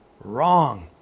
wrong